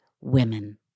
women